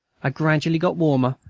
i gradually got warmer,